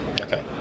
Okay